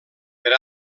per